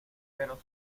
pero